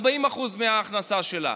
40% מההכנסה שלה.